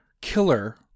killer